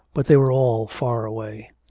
but they were all far away.